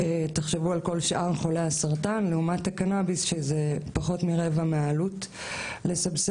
תחשבו על כל שאר חולי הסרטן לעומת הקנאביס שזה פחות מרבע מהעלות לסבסד.